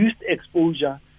exposure